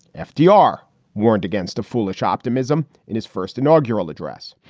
fdr warned against a foolish optimism in his first inaugural address